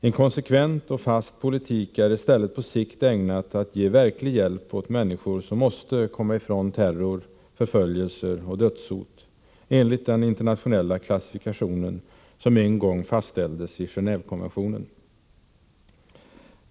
En konsekvent och fast politik är i stället på sikt ägnat att ge verklig hjälp åt människor som måste komma ifrån terror, förföljelser och dödshot — enligt den internationella klassifikationen, som en gång fastställdes i Gen&ve-konventionen.